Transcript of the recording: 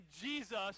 Jesus